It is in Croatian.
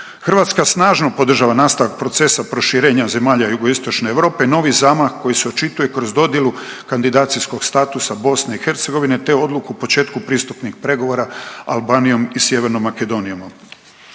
Hrvatska snažno podržava nastavak procesa proširenja zemalja Jugoistočne Europe, novi zamah koji se očituje kroz dodjelu kandidacijskog statusa BiH, te odluku o početku pristupnih pregovora Albanijom i Sjevernom Makedonijom.